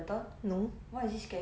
no